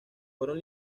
fueron